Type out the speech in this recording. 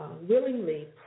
willingly